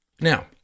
Now